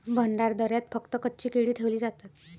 भंडारदऱ्यात फक्त कच्ची केळी ठेवली जातात